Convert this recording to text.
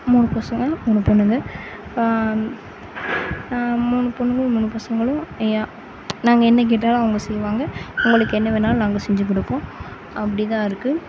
மூணு பசங்கள் மூணு பொண்ணுங்கள் மூணு பொண்ணுங்களும் மூணு பசங்களும் ஏன் நாங்கள் என்ன கேட்டாலும் அவங்க செய்வாங்க அவங்களுக்கு என்ன வேண்ணாலும் நாங்கள் செஞ்சு கொடுப்போம் அப்படிதான் இருக்குது